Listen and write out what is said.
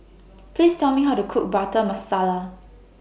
Please Tell Me How to Cook Butter Masala